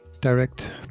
direct